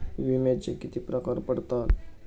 विम्याचे किती प्रकार पडतात?